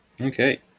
Okay